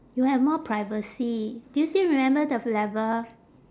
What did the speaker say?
you have more privacy do you still remember the f~ level